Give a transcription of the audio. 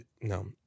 no